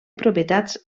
propietats